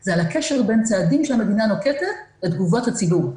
זה הקשר בין צעדים שהמדינה נוקטת לתגובות הציבור.